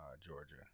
georgia